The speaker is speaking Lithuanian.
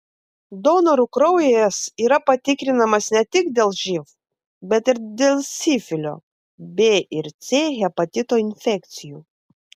donorų kraujas yra patikrinamas ne tik dėl živ bet ir dėl sifilio b ir c hepatito infekcijų